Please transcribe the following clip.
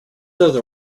other